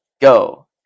go